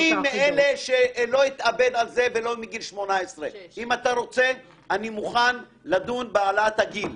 אני מאלה שלא אתאבד על זה ולא מגיל 18. אם אתה רוצה אני מוכן לדון בהעלאת הגיל.